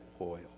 oil